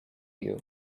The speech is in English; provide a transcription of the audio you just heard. you